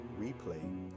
replay